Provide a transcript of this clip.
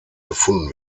gefunden